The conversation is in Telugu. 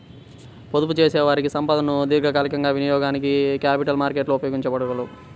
పొదుపుచేసేవారి సంపదను దీర్ఘకాలికంగా వినియోగానికి క్యాపిటల్ మార్కెట్లు ఉపయోగించగలవు